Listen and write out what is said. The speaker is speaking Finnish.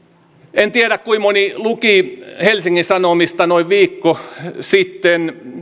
en tiedä kuinka moni luki helsingin sanomista noin viikko sitten